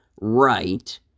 right